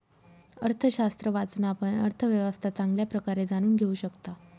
अर्थशास्त्र वाचून, आपण अर्थव्यवस्था चांगल्या प्रकारे जाणून घेऊ शकता